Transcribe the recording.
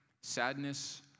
sadness